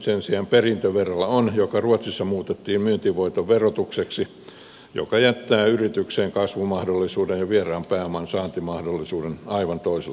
sen sijaan perintöverolla on joka ruotsissa muutettiin myyntivoiton verotukseksi joka jättää yrityksen kasvumahdollisuuden ja vieraan pääoman saantimahdollisuuden aivan toiselle tasolle